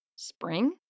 Spring